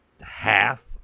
half